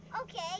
Okay